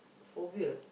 phobia